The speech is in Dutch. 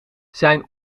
zijn